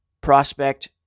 prospect